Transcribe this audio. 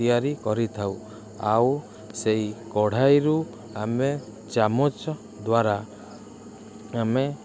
ତିଆରି କରିଥାଉ ଆଉ ସେଇ କଢ଼ାଇରୁ ଆମେ ଚାମଚ ଦ୍ୱାରା ଆମେ